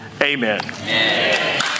Amen